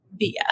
BS